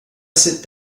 sit